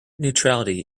neutrality